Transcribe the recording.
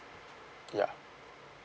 ya